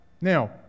Now